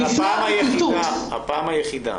הפעם היחידה